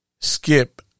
skip